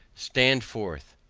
stand forth!